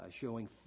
showing